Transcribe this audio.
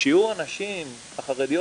את יחידת שוק העבודה ומדיניות הרווחה,